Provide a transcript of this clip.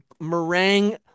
meringue